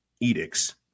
edicts